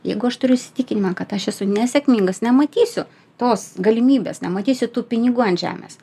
jeigu aš turiu įsitikinimą kad aš esu nesėkmingas nematysiu tos galimybės nematysiu tų pinigų ant žemės